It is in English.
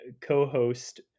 co-host